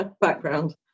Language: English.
background